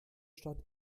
stadt